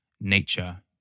nature